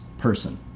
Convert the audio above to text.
person